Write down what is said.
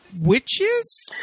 witches